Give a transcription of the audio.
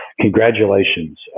congratulations